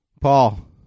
Paul